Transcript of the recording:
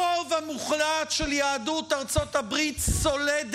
הרוב המוחלט של יהדות ארצות הברית סולד